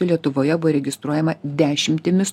lietuvoje buvo registruojama dešimtimis